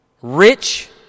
Rich